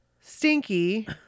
Stinky